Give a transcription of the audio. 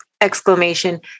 exclamation